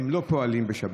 לא פועלים בשבת?